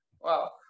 Wow